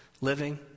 living